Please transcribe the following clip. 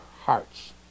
hearts